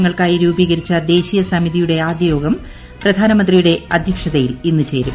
ങ്ങൾക്കായി രൂപീകരിച്ച ദ്ദേശ്ചീയ സമിതിയുടെ ആദ്യയോഗം പ്രധാനമന്ത്രിയുടെ അധൃക്ഷതയിൽ ഇന്ന് ചേരും